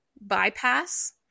bypass